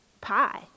pie